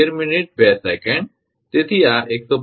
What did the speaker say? તેથી આ 150